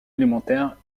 élémentaire